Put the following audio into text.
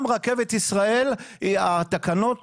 גם רכבת ישראל, תקנות